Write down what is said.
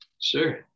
Sure